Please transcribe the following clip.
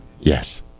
Yes